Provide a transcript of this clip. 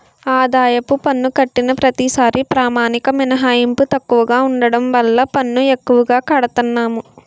ఆదాయపు పన్ను కట్టిన ప్రతిసారీ ప్రామాణిక మినహాయింపు తక్కువగా ఉండడం వల్ల పన్ను ఎక్కువగా కడతన్నాము